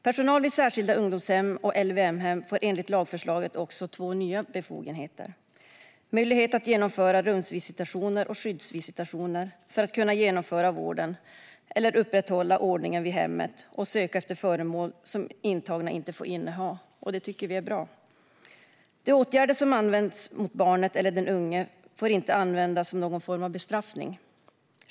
Personal vid särskilda ungdomshem och LVM-hem får enligt lagförslaget också två nya befogenheter. De får möjlighet att genomföra rumsvisitationer och skyddsvisitationer för att kunna bedriva vården eller upprätthålla ordningen vid hemmet och söka efter föremål som intagna inte får inneha, och det tycker vi är bra. De åtgärder som används mot barnet eller den unge får inte användas som någon form av bestraffning.